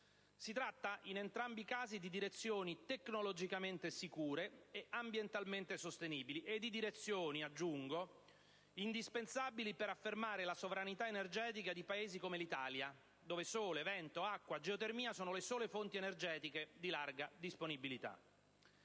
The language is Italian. Si tratta in entrambi i casi di direzioni tecnologicamente sicure e ambientalmente sostenibili, direzioni indispensabili per affermare la sovranità energetica di Paesi come l'Italia, dove sole, vento, acqua, geotermia sono le sole fonti energetiche di larga disponibilità.